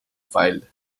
filed